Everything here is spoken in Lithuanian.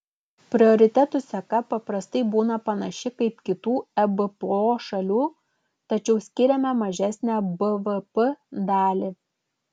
prioritetų seka paprastai būna panaši kaip kitų ebpo šalių tačiau skiriame mažesnę bvp dalį